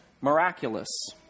miraculous